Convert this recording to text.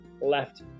left